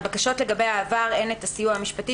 על בקשות לגבי העבר אין את הסיוע המשפטי